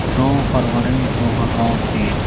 دو فروری دو ہزار تین